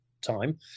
time